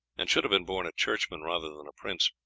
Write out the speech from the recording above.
and should have been born a churchman rather than a prince.